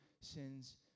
sin's